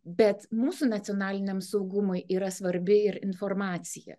bet mūsų nacionaliniam saugumui yra svarbi ir informacija